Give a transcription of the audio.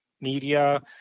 media